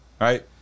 Right